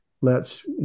lets